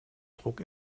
druck